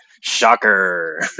Shocker